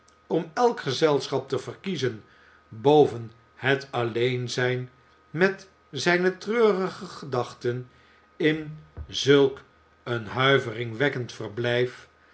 om elk gezelschap te verkiezen boven het alleen zijn met zijne treurige gedachten in zulk een huiveringwekkend verblijf